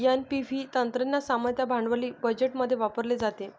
NPV तंत्रज्ञान सामान्यतः भांडवली बजेटमध्ये वापरले जाते